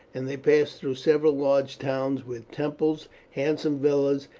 and they passed through several large towns with temples, handsome villas,